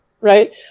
Right